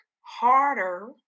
harder